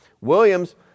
Williams